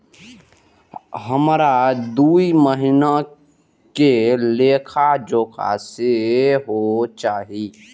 हमरा दूय महीना के लेखा जोखा सेहो चाही